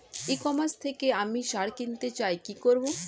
ই commerce থেকে আমি সার কিনতে চাই কি করব?